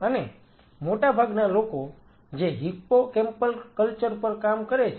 અને મોટાભાગના લોકો જે હિપ્પોકેમ્પલ કલ્ચર પર કામ કરે છે